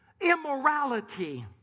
immorality